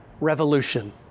revolution